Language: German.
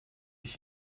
ich